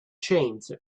trains